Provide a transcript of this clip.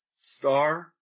Star